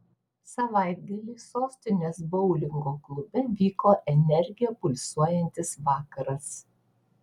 savaitgalį sostinės boulingo klube vyko energija pulsuojantis vakaras